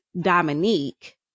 dominique